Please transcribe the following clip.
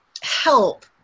help